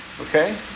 Okay